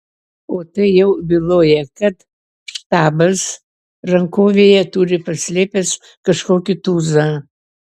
o tai jau byloja kad štabas rankovėje turi paslėpęs kažkokį tūzą